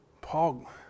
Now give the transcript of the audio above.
Paul